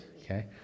okay